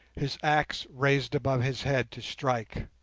his axe raised above his head to strike.